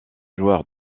joueur